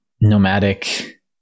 nomadic